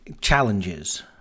challenges